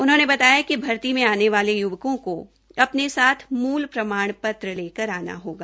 उन्होंने बताया कि भर्ती में आने वाले युवकों को अपने साथ्ज्ञ मुल प्रमाण पत्र लेकर आना होगा